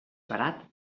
barat